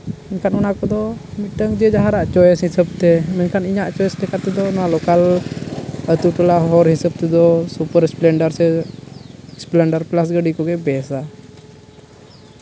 ᱮᱱᱠᱷᱟᱱ ᱚᱱᱟ ᱠᱚᱫᱚ ᱢᱤᱫᱴᱟᱹᱝ ᱡᱮ ᱡᱟᱦᱟᱨᱟᱜ ᱪᱚᱭᱮᱥ ᱦᱤᱥᱟᱹᱵᱛᱮ ᱢᱮᱱᱠᱷᱟᱱ ᱤᱧᱟᱹᱜ ᱪᱚᱭᱮᱥ ᱞᱮᱠᱟ ᱛᱮᱫᱚ ᱞᱳᱠᱟᱞ ᱟᱛᱳ ᱴᱚᱞᱟ ᱦᱚᱨ ᱦᱤᱥᱟᱹᱵ ᱛᱮᱫᱚ ᱥᱩᱯᱟᱨ ᱮᱥᱯᱞᱮᱱᱰᱟᱨ ᱥᱮ ᱮᱥᱯᱞᱮᱱᱰᱟᱨ ᱜᱟᱹᱰᱤ ᱠᱚᱜᱮ ᱵᱮᱥᱟ